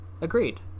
agreed